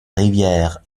rivière